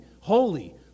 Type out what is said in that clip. holy